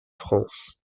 france